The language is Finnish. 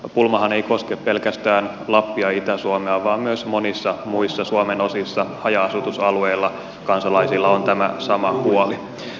pulmahan ei koske pelkästään lappia ja itä suomea vaan myös monissa muissa suomen osissa haja asutusalueella kansalaisilla on tämä sama huoli